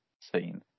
scene